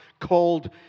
called